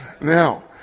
Now